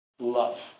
Love